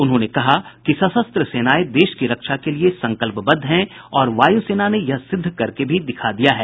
उन्होंने कहा कि सशस्त्र सेनाएं देश की रक्षा के लिए संकल्पबद्ध हैं और वायुसेना ने यह सिद्ध करके दिखा भी दिया है